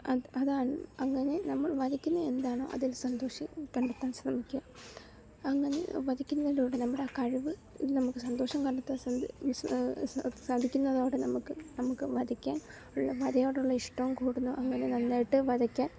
അതാണ് അങ്ങനെ നമ്മൾ വരയ്ക്കുന്നത് എന്താണോ അതിൽ സന്തോഷം കണ്ടെത്താൻ ശ്രമിക്കുക അങ്ങനെ വരയ്ക്കുന്നതിലുടെ നമ്മുടെ ആ കഴിവ് ഇവയിൽ നമുക്ക് സന്തോഷം കണ്ടെത്താൻ സാധിക്കുന്നതോടെ നമ്മൾക്ക് നമുക്ക് വരയ്ക്കാൻ ഉള്ള വരയോടുള്ള ഇഷ്ടം കൂടുന്നു അങ്ങനെ നന്നായിട്ട് വരയ്ക്കാൻ